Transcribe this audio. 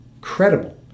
credible